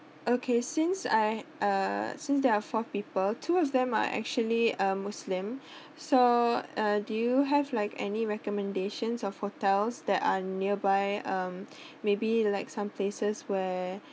okay since I uh since there are four people two of them are actually uh muslim so uh do you have like any recommendations of hotels that are nearby um maybe like some places where